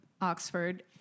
Oxford